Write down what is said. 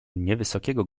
niewysokiego